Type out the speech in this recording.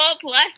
plus